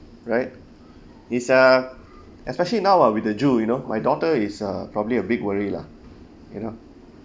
right is uh especially now ah with the you know my daughter is uh probably a big worry lah you know